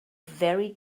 very